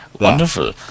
Wonderful